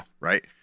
right